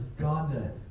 God